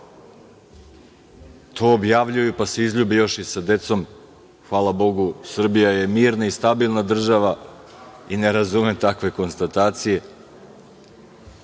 To objavljuju pa se izljube još sa decom. Hvala Bogu, Srbija je mirna i stabilna država i ne razumem takve konstatacije. Po